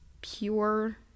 pure